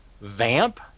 Vamp